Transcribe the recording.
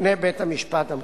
בפני בית-המשפט המחוזי.